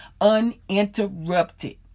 uninterrupted